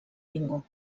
bingo